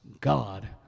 God